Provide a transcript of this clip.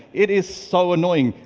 it is so annoying.